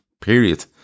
period